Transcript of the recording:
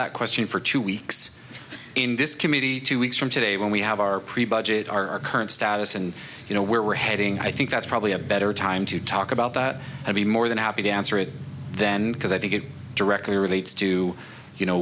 that question for two weeks in this committee two weeks from today when we have our pre budget our current status and you know where we're heading i think that's probably a better time to talk about that i mean more than happy to answer it then because i think it directly relates to you know